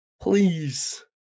Please